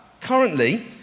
Currently